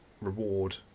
reward